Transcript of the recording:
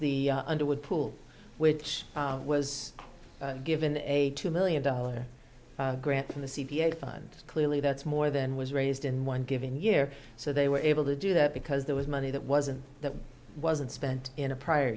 the underwood pool which was given a two million dollar grant from the c p a fund clearly that's more than was raised in one given year so they were able to do that because there was money that wasn't that wasn't spent in a prior